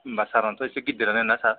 होनबा सारनावथ' एसे गिदिरानो ना सार